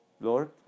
Lord